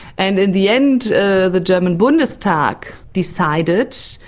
and in the end the the german bundestag decided,